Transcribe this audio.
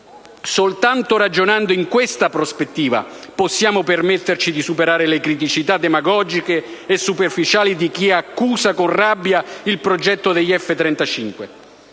Soltanto ragionando in questa prospettiva possiamo permetterci di superare le critiche demagogiche e superficiali di chi accusa con rabbia il progetto degli F-35.